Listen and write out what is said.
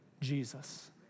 Jesus